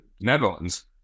Netherlands